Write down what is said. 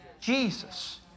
Jesus